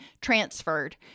transferred